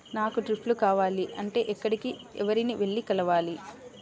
నాకు డ్రిప్లు కావాలి అంటే ఎక్కడికి, ఎవరిని వెళ్లి కలవాలి?